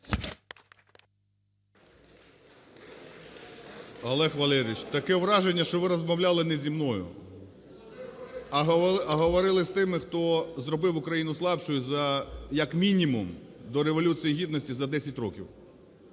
Олег Валерійович, таке враження, що ви розмовляли не зі мною, а говорили з тими, хто зробив Україну слабшою за як мінімум до Революції Гідності за 10 років.